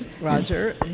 Roger